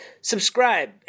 Subscribe